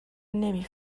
نمی